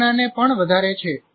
તે તમારી પ્રેરણા વધારશે